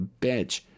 bitch